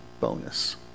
bonus